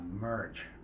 merge